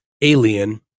alien